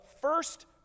first